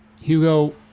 Hugo